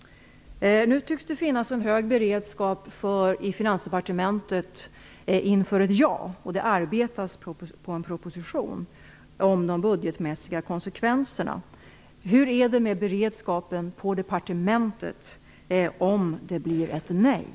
Nu tycks det i Finansdepartementet finnas en hög beredskap inför ett ja. Det arbetas också på en proposition om de budgetmässiga konsekvenserna. Hur är det med beredskapen på departementet om det blir ett nej?